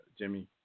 Jimmy